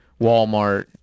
Walmart